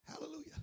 Hallelujah